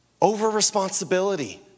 over-responsibility